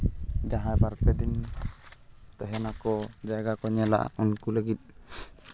ᱡᱟᱦᱟᱸᱭ ᱵᱟᱨᱯᱮ ᱫᱤᱱ ᱛᱟᱦᱮᱱᱟᱠᱚ ᱡᱟᱭᱜᱟ ᱠᱚ ᱧᱮᱞᱟ ᱩᱱᱠᱩ ᱞᱟᱹᱜᱤᱫ